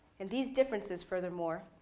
and these differences, furthermore,